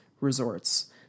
resorts